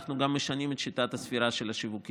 אנחנו גם משנים את שיטת הספירה של השיווקים.